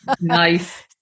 Nice